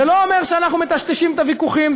זה לא אומר שאנחנו מטשטשים את הוויכוחים,